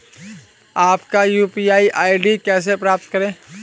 अपना UPI ID कैसे प्राप्त करें?